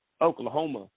Oklahoma